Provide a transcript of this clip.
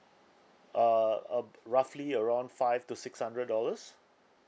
uh uh roughly around five to six hundred dollars